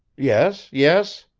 yes, yes,